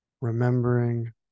Remembering